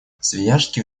свияжский